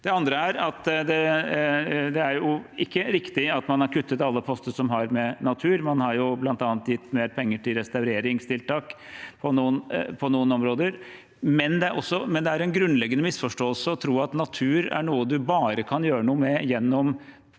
Det andre er at det ikke er riktig at man har kuttet alle poster som har med natur å gjøre. Man har bl.a. gitt mer penger til restaureringstiltak på noen områder. Det er en grunnleggende misforståelse å tro at natur er noe man bare kan gjøre noe med gjennom